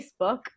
Facebook